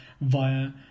via